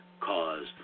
cause